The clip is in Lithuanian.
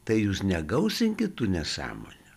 tai jūs negausinkit tų nesąmonių